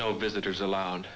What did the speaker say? no visitors allowed